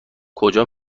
کجا